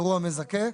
אירוע מזכה.